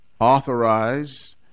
authorized